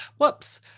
whoops.